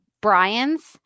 Brian's